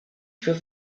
für